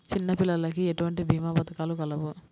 చిన్నపిల్లలకు ఎటువంటి భీమా పథకాలు కలవు?